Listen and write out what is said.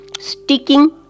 sticking